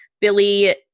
Billy